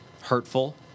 hurtful